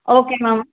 okay ma'am